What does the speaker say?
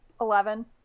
Eleven